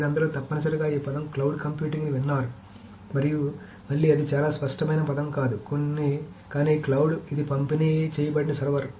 మీరందరూ తప్పనిసరిగా ఈ పదం క్లౌడ్ కంప్యూటింగ్ని విన్నారు మరియు మళ్లీ అది చాలా స్ఫుటమైన పదం కాదు కానీ క్లౌడ్ ఇది పంపిణీ చేయబడిన సర్వర్